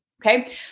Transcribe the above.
okay